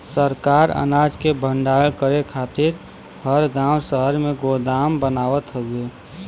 सरकार अनाज के भण्डारण करे खातिर हर गांव शहर में गोदाम बनावत हउवे